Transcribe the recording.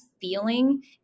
feeling